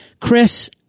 Chris